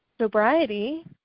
sobriety